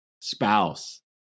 spouse